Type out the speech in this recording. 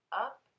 up